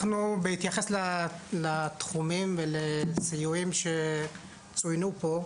אנחנו בהתייחס לתחומים ולציונים שצוינו פה.